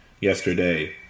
yesterday